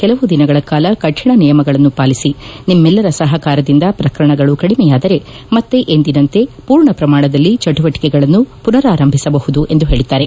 ಕೆಲವು ದಿನಗಳ ಕಾಲ ಕರಿಣ ನಿಯಮಗಳನ್ನು ಪಾಲಿಸಿ ನಿಮ್ಮೆಲ್ಲರ ಸಹಕಾರದಿಂದ ಪ್ರಕರಣಗಳು ಕಡಿಮೆಯಾದರೆ ಮತ್ತೆ ಎಂದಿನಂತೆ ಪೂರ್ಣ ಪ್ರಮಾಣದಲ್ಲಿ ಚಟುವಟಿಕೆಗಳನ್ನು ಮನರಾರಂಭಿಸಬಹುದು ಎಂದು ಪೇಳಿದ್ದಾರೆ